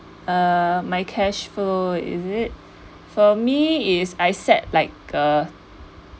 uh my cashflow is it for me is I set like a